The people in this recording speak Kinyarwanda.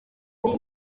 ari